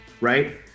right